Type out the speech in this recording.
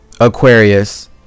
Aquarius